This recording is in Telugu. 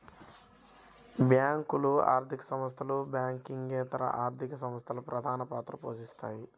బ్యేంకులు, ఆర్థిక సంస్థలు, బ్యాంకింగేతర ఆర్థిక సంస్థలు ప్రధానపాత్ర పోషిత్తాయి